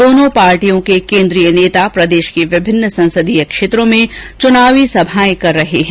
दोनों पार्टियों के केंद्रीय नेता प्रदेष की विभिन्न संसदीय क्षेत्रों में चुनावी सभाएं कर रही हैं